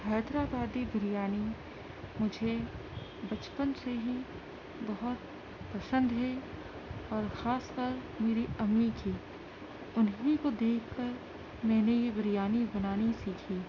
حیدر آبادی بریانی مجھے بچپن سے ہی بہت پسند ہے اور خاص طور میری امی کی انہیں کو دیکھ کر میں نے یہ بریانی بنانی سیکھی